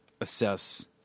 assess